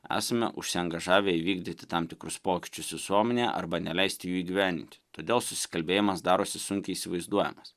esame užsiangažavę įvykdyti tam tikrus pokyčius visuomenėje arba neleisti jų įgyvendinti todėl susikalbėjimas darosi sunkiai įsivaizduojamas